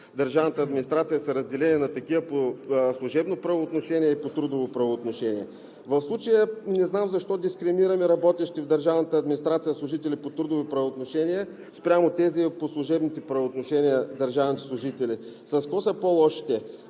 държавната администрация са разделени на такива по служебно правоотношение и по трудово правоотношение. В случая не знам защо дискриминираме работещите в държавната администрация служители по трудово правоотношение спрямо тези по служебно правоотношение – държавните служители? С какво са по-лоши те?